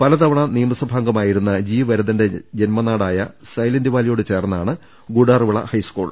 പലതവണ നിയമസഭാംഗമായിരുന്ന ജി വരദന്റെ ജന്മനാടായ സൈലന്റ് വാലിയോട് ചേർന്നാണ് ഗുഡാർവിള ഹൈസ്കൂൾ